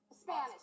Spanish